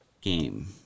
game